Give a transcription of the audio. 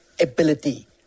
ability